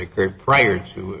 occurred prior to